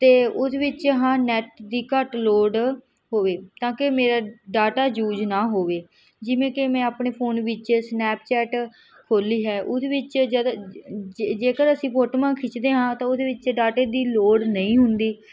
ਅਤੇ ਉਹਦੇ ਵਿੱਚ ਹਾਂ ਨੈੱਟ ਦੀ ਘੱਟ ਲੋੜ ਹੋਵੇ ਤਾਂ ਕਿ ਮੇਰਾ ਡਾਟਾ ਯੂਜ ਨਾ ਹੋਵੇ ਜਿਵੇਂ ਕਿ ਮੈਂ ਆਪਣੇ ਫੋਨ ਵਿੱਚ ਸਨੈਪਚੈਟ ਖੋਲ੍ਹੀ ਹੈ ਉਹਦੇ ਵਿੱਚ ਜਦੋਂ ਜੇਕਰ ਅਸੀਂ ਫੋਟੋਆਂ ਖਿੱਚਦੇ ਹਾਂ ਤਾਂ ਉਹਦੇ ਵਿੱਚ ਡਾਟੇ ਦੀ ਲੋੜ ਨਹੀਂ ਹੁੰਦੀ